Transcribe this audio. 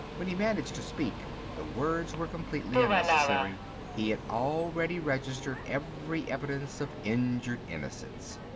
when he managed to speak the words were completely unnecessary he had already registered every evidence of injured innocence.